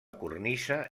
cornisa